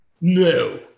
No